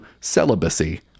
Celibacy